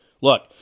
Look